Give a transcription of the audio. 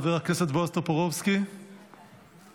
חבר הכנסת בועז טופורובסקי, מוותר.